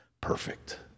perfect